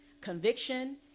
Conviction